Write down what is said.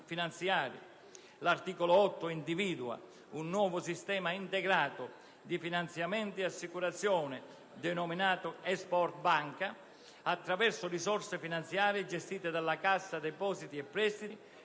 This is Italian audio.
L'articolo 8 individua un nuovo sistema integrato di finanziamento ed assicurazione - denominato Export Banca - attraverso risorse finanziarie gestite dalla Cassa depositi e prestiti,